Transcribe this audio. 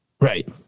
Right